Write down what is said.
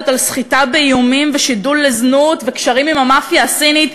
על סחיטה באיומים ושידול לזנות וקשרים עם המאפיה הסינית,